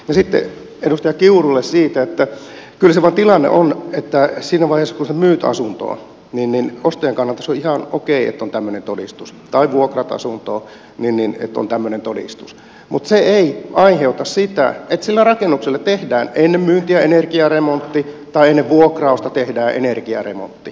sitten edustaja kiurulle että kyllä se tilanne vain on että siinä vaiheessa kun sinä myyt asuntoa tai vuokraat asunnon niin ostajan kannalta se on ihan okei että on tämmöinen todistus mutta se ei aiheuta sitä että sille rakennukselle tehdään ennen myyntiä energiaremontti tai ennen vuokrausta tehdään energiaremontti